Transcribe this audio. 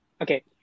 okay